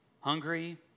hungry